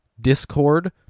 Discord